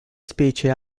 specie